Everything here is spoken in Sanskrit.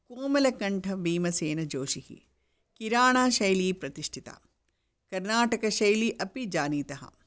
कोमलकण्ठभीमसेनजोषिः किराणाशैली प्रतिष्ठिता कर्णाटकशैली अपि जानीतः